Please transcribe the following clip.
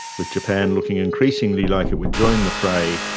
with japan looking increasingly like it would join the fray,